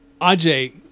Ajay